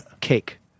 Cake